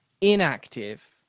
inactive